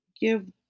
give